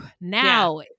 now